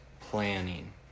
planning